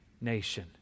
nation